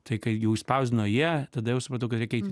tai kai jau išspausdino jie tada jau supratau kad reikia eit